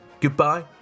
Goodbye